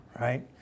right